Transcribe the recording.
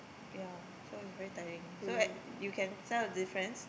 yea so is very tiring so that you can tell the difference